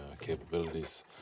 capabilities